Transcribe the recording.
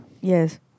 Yes